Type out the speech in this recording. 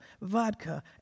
vodka